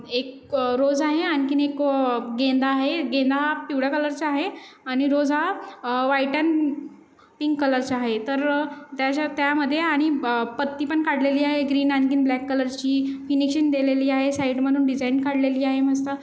एक रोझ आहे आणखीन एक गेंदा आहे गेंदा हा पिवळ्या कलरचा आहे आणि रोझ हा व्हाईट अँड पिंक कलरचा आहे तर त्याचा त्यामध्ये आणि पत्तीपण काढलेली आहे ग्रीन आणखीन ब्लॅक कलरची फिनिशिंग दिलेली आहे साईड म्हणून डिझाईन काढलेली आहे मस्त